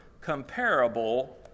comparable